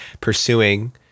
pursuing